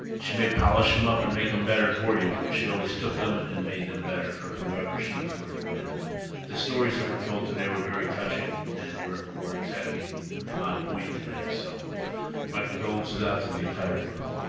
she may polish them up and make them better for you, but she always took them and made them better for whoever she was worked with, and the stories that were told today were very touching and were were exactly on point today, so my condolences out to the entire firm.